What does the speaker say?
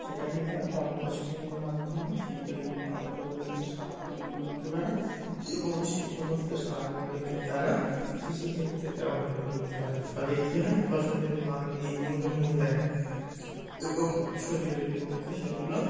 সেটাকে তারা কম্পোস্টিংয়ের মাধ্যমে সেই জৈব পাত্রগুলি থেকে সার তৈরি করতে পারে এবং সেই সমস্ত সারগুলিকে তারা কৃষি ক্ষেত্রে ব্যবহার করতে পারে ফলে কী হয় ফসলের মান দ্বিগুণ হয়ে যায় এবং শরীরের পক্ষে সেগুলো